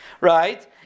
right